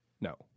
No